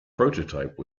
prototype